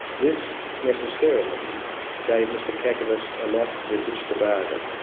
this necessarily gave mr kakavas a lot with which to bargain.